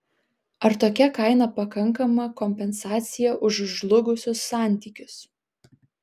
ar tokia kaina pakankama kompensacija už žlugusius santykius